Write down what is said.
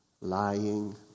lying